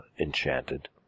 enchanted